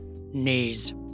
Knees